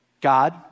God